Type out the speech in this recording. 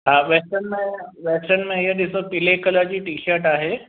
हा वेस्टन में वेस्टन में इहा ॾिसो पीले कलर जी टीशर्ट आहे